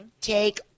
Take